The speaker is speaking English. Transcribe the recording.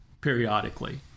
periodically